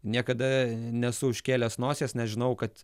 niekada nesu užkėlęs nosies nes žinau kad